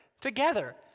together